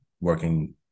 working